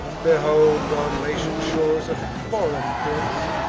behold on latian shores a foreign prince!